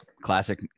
classic